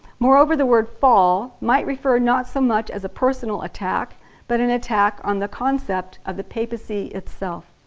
moreover the word fall might refer not so much as a personal attack, but an attack on the concept of the papacy itself.